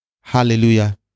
Hallelujah